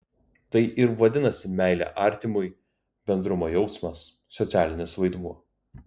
tai ir vadinasi meilė artimui bendrumo jausmas socialinis vaidmuo